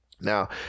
now